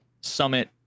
Summit